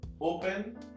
Open